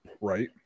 right